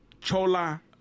Chola